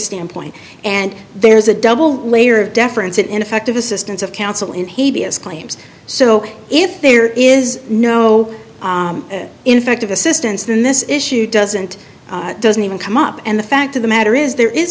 standpoint and there's a double layer of deference it ineffective assistance of counsel in haiti as claims so if there is no in fact of assistance then this issue doesn't doesn't even come up and the fact of the matter is there is